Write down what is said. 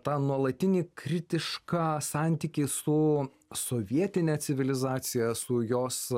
tą nuolatinį kritišką santykį su sovietine civilizacija su jos